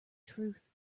truth